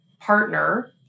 partner